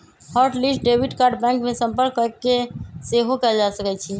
hot list debit card bank में संपर्क कऽके सेहो कएल जा सकइ छै